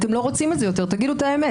אתם לא רוצים את זה יותר, תגידו את האמת.